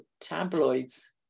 tabloids